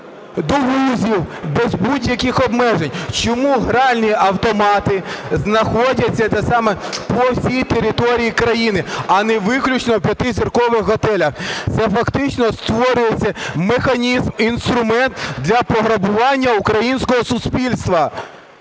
до вузів без будь-яких обмежень? Чому гральні автомати знаходяться по всій території країни, а не виключно в п'ятизіркових готелях? Це фактично створюється механізм, інструмент для пограбування українського суспільства.